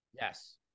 Yes